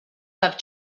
have